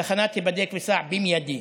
תחנת "היבדק וסע" במיידי.